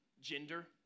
gender